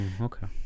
Okay